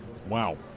Wow